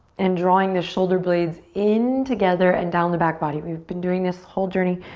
and drawing the shoulder blades in together and down the back body. we've been doing this whole journey,